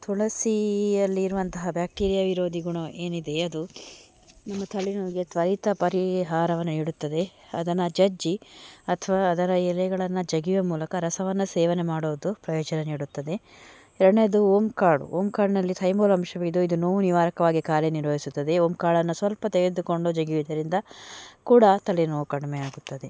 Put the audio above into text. ತುಳಸೀಯಲ್ಲಿರುವಂತಹ bacteria ವಿರೋಧಿ ಗುಣ ಏನಿದೆ ಅದು ನಮ್ಮ ತಲೆನೋವಿಗೆ ತ್ವರಿತ ಪರಿಹಾರವ ನೀಡುತ್ತದೆ ಅದನ್ನು ಜಜ್ಜಿ ಅಥ್ವಾ ಅದರ ಎಲೆಗಳನ್ನು ಜಗಿಯೊ ಮೂಲಕ ರಸವನ್ನು ಸೇವನೆ ಮಾಡೋದು ಪ್ರಯೋಜನ ನೀಡುತ್ತದೆ ಎರಡನೇದು ಓಮ್ ಕಾಳು ಓಮ್ ಕಾಳನಲ್ಲಿ ಥೈಮೋಲ್ ಅಂಶವಿದ್ದು ಇದು ನೋವು ನಿವಾರಕವಾಗೇ ಕಾರ್ಯನಿರ್ವಹಿಸುತ್ತದೆ ಓಮ್ ಕಾಳನ್ನು ಸ್ವಲ್ಪ ತೆಗೆದುಕೊಂಡು ಜಗಿಯೋದರಿಂದ ಕೂಡ ತಲೆನೋವು ಕಡಿಮೆಯಾಗುತ್ತದೆ